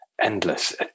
endless